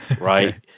right